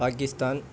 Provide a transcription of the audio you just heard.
Pakistan